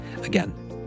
again